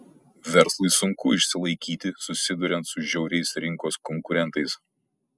verslui sunku išsilaikyti susiduriant su žiauriais rinkos konkurentais